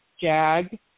Jag